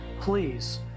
Please